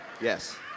Yes